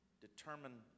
Determine